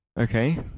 okay